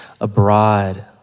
abroad